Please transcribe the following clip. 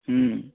ହ୍ନୁଁ